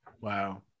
Wow